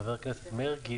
חבר הכנסת מרגי,